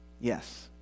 Yes